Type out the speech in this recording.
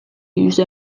use